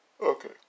Okay